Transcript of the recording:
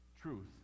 truth